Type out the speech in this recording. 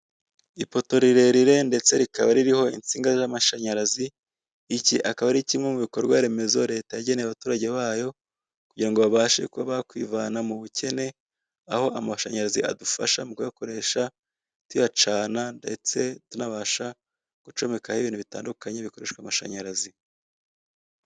Ipoto rirerire, ndetse rikaba ririho insinga z'amashanyarazi, iki akaba ari kimwe mu bikorwa remezo leta yageneye abaturage bayo, kugira ngo babashe kuba bakwivana mu bukene, aho amashanyarazi adufasha kugakoresha tuyacana ndetse tunabasha gucomekaho ibintu bitandukanye bikoresha amashanyarazi.